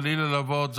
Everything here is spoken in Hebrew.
בלי ללוות.